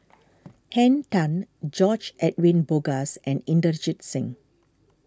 Henn Tan George Edwin Bogaars and Inderjit Singh